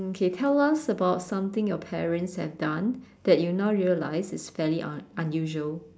okay tell us about something your parents have done that you now realized is fairly un~ unusual